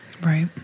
Right